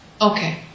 Okay